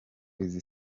izi